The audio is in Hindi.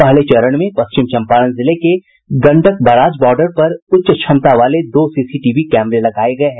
पहले चरण में पश्चिम चम्पारण जिले के गंडक बराज बॉर्डर पर उच्च क्षमता वाले दो सीसीटीवी कैमरे लगाये गये हैं